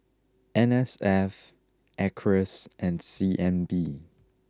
N S F Acres and C N B